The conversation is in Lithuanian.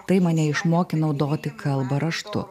tai mane išmokė naudoti kalbą raštu